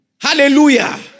Hallelujah